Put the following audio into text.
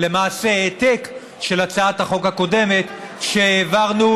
למעשה העתק של הצעת החוק הקודמת שהעברנו,